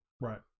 Right